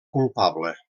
culpable